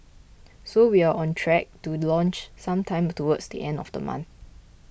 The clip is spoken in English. so we're on track to launch sometime towards the end of the month